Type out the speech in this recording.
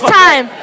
time